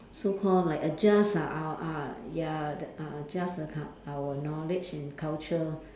so call like adjust ah uh uh ya the uh adjust the cu~ our knowledge and culture